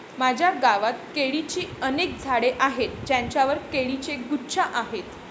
माझ्या गावात केळीची अनेक झाडे आहेत ज्यांवर केळीचे गुच्छ आहेत